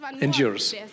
endures